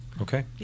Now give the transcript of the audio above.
Okay